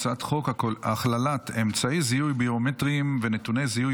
הצעת חוק הכללת אמצעי זיהוי ביומטריים ונתוני זיהוי